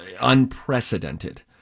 unprecedented